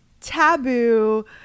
taboo